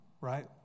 right